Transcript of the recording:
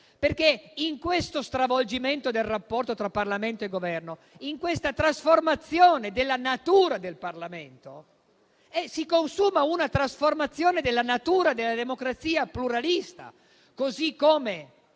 Infatti, nello stravolgimento del rapporto tra Parlamento e Governo e in questa modifica della natura del Parlamento, si consuma una trasformazione della natura della democrazia pluralista, così come